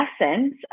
essence